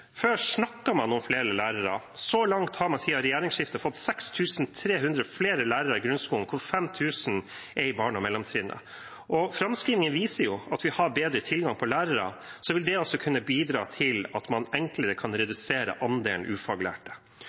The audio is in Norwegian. Før snakket man om flere lærere. Så langt har man siden regjeringsskiftet fått 6 300 flere lærere i grunnskolen, hvorav 5 000 i barne- og mellomtrinnet, og framskrivingen viser at vi har bedre tilgang på lærere. Det vil kunne bidra til at man enklere kan redusere andelen ufaglærte.